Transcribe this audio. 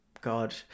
God